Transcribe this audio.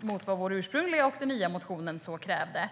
mot vad vår ursprungliga motion och den nya motionen krävde.